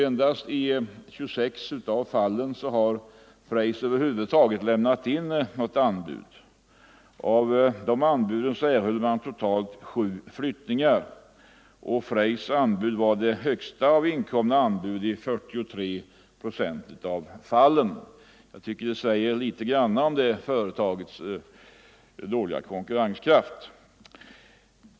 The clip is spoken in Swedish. Endast i 26 av fallen har Freys över huvud taget lämnat in något anbud. Av dessa anbud erhöll företaget totalt 7 flyttningar. Freys anbud var det högsta av inkomna anbud i 43 procent av fallen. Jag tycker att detta säger en del om detta företags dåliga konkurrenskraft.